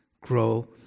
grow